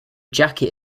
jacket